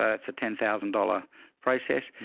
that's a ten thousand dollars process.